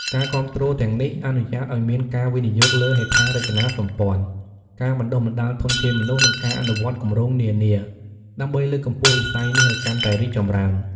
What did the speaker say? ការគាំទ្រទាំងនេះអនុញ្ញាតឱ្យមានការវិនិយោគលើហេដ្ឋារចនាសម្ព័ន្ធ ការបណ្ដុះបណ្ដាលធនធានមនុស្ស និងការអនុវត្តគម្រោងនានា ដើម្បីលើកកម្ពស់វិស័យនេះឱ្យកាន់តែរីកចម្រើន។